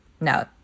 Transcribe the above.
no